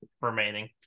remaining